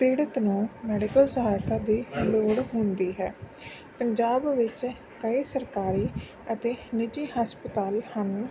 ਪੀੜਿਤ ਨੂੰ ਮੈਡੀਕਲ ਸਹਾਇਤਾ ਦੀ ਲੋੜ ਹੁੰਦੀ ਹੈ ਪੰਜਾਬ ਵਿੱਚ ਕਈ ਸਰਕਾਰੀ ਅਤੇ ਨਿੱਜੀ ਹਸਪਤਾਲ ਹਨ